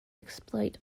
exploit